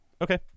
Okay